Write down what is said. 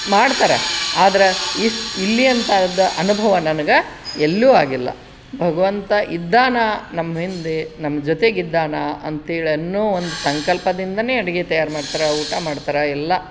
ಮಾಡ್ತಾರ ಆದರೆ ಇಶ್ ಇಲ್ಲಿ ಅಂತಾದ ಅನುಭವ ನನ್ಗೆ ಎಲ್ಲೂ ಆಗಿಲ್ಲ ಭಗವಂತ ಇದ್ದಾನೆ ನಮ್ಮ ಹಿಂದೆ ನಮ್ಮ ಜೊತೆಗಿದ್ದಾನೆ ಅಂತೇಳನ್ನೋ ಒಂದು ಸಂಕಲ್ಪದಿಂದಲೇ ಅಡುಗೆ ತಯಾರು ಮಾಡ್ತಾರ ಊಟ ಮಾಡ್ತಾರ ಎಲ್ಲ